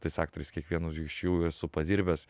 tais aktoriais kiekvienu iš jų esu padirbęs